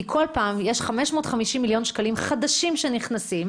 כי בכל פעם, יש 550 מיליון שקלים חדשים שנכנסים,